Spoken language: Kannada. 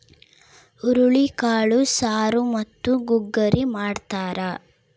ಹುರುಳಿಕಾಳು ಸಾರು ಮತ್ತು ಗುಗ್ಗರಿ ಮಾಡ್ತಾರ